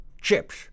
chips